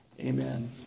Amen